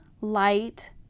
light